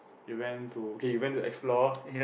you went to okay you went to explore